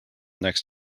next